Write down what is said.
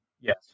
Yes